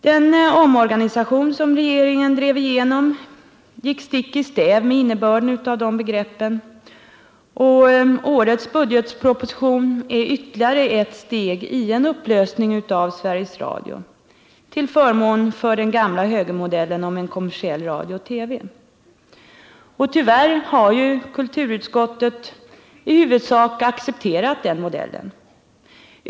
Den omorganisation regeringen drev igenom gick stick i stäv med innebörden av dessa begrepp, och årets budgetproposition är ytterligare ett steg mot en upplösning av Sveriges Radio till förmån för den gamla högermodellen om en kommersiell radio och TV. Tyvärr har kulturutskottet i huvudsak accepterat denna modell.